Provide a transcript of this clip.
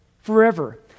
forever